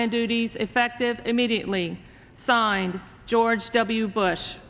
and duties effective immediately signed george w bush